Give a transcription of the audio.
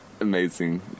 amazing